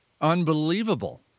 unbelievable